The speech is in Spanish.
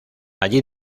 allí